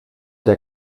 der